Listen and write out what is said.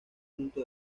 punto